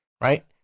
right